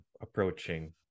approaching